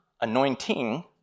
anointing